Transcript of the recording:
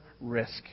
risk